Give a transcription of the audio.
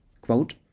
Quote